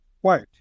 white